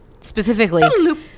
Specifically